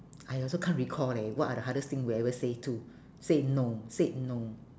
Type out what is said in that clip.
I also can't recall leh what are the hardest thing we ever say to said no said no